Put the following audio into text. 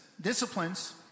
Disciplines